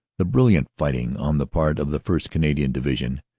the brilliant fighting on the part of the first. canadian division,